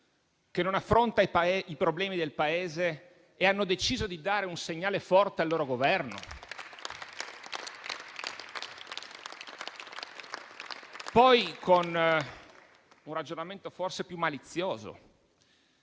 che non affronta i problemi del Paese e hanno deciso di dare un segnale forte al loro Governo? Poi, con un ragionamento forse più malizioso,